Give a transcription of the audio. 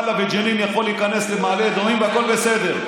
רמאללה וג'נין יכול להיכנס למעלה אדומים והכול בסדר,